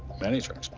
many trucks.